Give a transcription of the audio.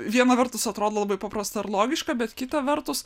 viena vertus atrodo labai paprasta ar logiška bet kita vertus